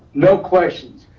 no questions.